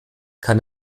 kann